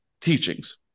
teachings